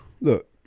look